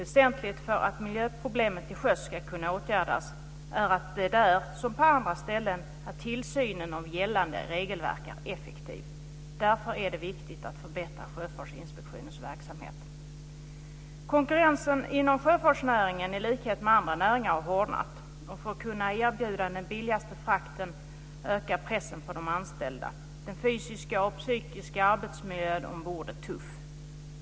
Väsentligt för att miljöproblemen till sjöss ska kunna åtgärdas är där som på andra ställen att tillsynen av gällande regelverk är effektiv. Därför är det viktigt att förbättra Sjöfartsinspektionens verksamhet. Konkurrensen inom sjöfartsnäringen har, i likhet med vad som är fallet i många andra näringar, hårdnat. För att man ska kunna erbjuda den billigaste frakten ökar pressen på de anställda. Den fysiska och psykiska arbetsmiljön ombord är tuff.